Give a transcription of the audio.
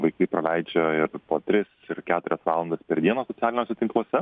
vaikai praleidžia ir po tris ir keturias valandas per dieną socialiniuose tinkluose